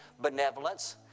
benevolence